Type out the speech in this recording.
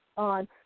on